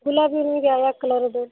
ಗುಲಾಬಿ ಹೂವಿದ್ದು ಯಾವ್ಯಾವ ಕಲರ್ ಅದಾವ್ರಿ